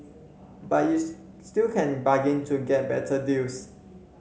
but you still can bargain to get better deals